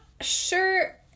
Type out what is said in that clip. sure